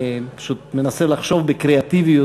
אני פשוט מנסה לחשוב בקריאטיביות,